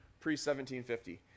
pre-1750